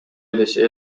edasi